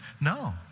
No